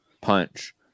punch